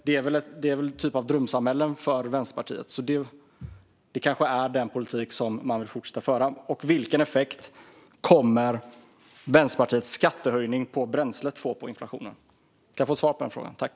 Det är väl en typ av drömsamhällen för Vänsterpartiet, så det kanske är den politik man vill fortsätta föra. Och vilken effekt kommer Vänsterpartiets skattehöjning på bränsle att få på inflationen? Kan jag få ett svar på det, tack!